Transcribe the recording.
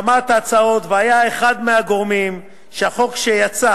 שמע את ההצעות, והיה אחד מהגורמים לכך שהחוק שיצא